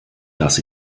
das